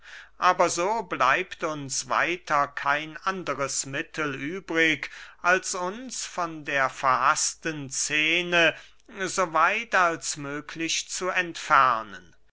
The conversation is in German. aber so bleibt uns weiter kein anderes mittel übrig als uns von der verhaßten scene so weit als möglich zu entfernen